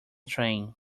train